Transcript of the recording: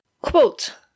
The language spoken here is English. Quote